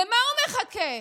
למה הוא מחכה,